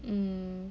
mm